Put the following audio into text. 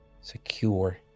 Secure